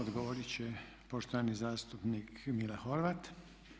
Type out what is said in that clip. Odgovorit će poštovani zastupnik Mile Horvat.